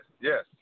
Yes